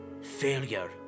Failure